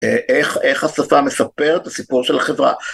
אה... איך... איך השפה מספרת את הסיפור של החברה?